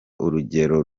urugero